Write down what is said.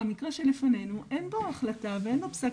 במקרה הזה אין בו החלטה ואין לו פסק